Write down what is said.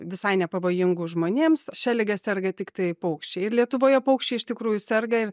visai nepavojingų žmonėms šia liga serga tiktai paukščiai ir lietuvoje paukščiai iš tikrųjų serga ir